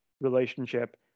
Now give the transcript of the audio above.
relationship